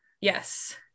yes